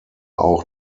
auch